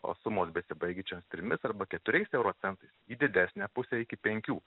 o sumos besibaigičios trimis arba keturiais euro centais į didesnę pusę iki penkių